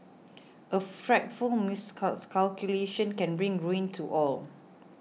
a frightful miscalculation can bring ruin to all